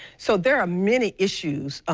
so there are many issues,